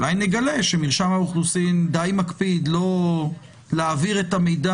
אולי נגלה שמרשם האוכלוסין די מקפיד לא להעביר את המידע